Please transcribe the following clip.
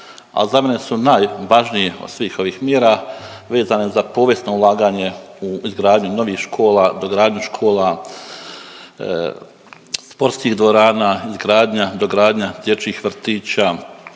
za mene su najvažnije od svih ovih mjera vezane za povijesno ulaganje u izgradnju mnogih škola, dogradnju škola, sportskih dvorana, izgradnja, dogradnja dječjih vrtića,